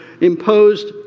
imposed